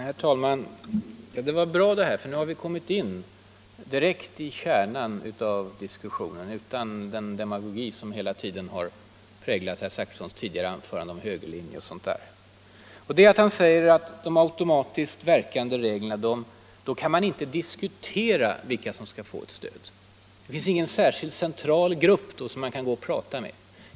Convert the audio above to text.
Herr talman! Det var bra det här; nu har vi kommit in direkt i kärnan av diskussionen, utan den demagogi som tidigare präglade herr Zachrissons anföranden om ”högerlinje” och sådant. Herr Zachrisson säger att med automatiskt verkande regler kan man inte ”diskutera” vilka som skall få ett stöd. Det finns ingen särskild central grupp som man kan gå och prata med.